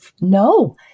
no